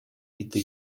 виды